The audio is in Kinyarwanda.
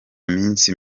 minsi